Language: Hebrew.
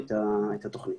את התוכנית.